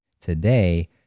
today